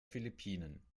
philippinen